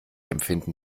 empfinden